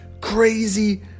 crazy